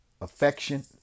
affection